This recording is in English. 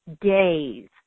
days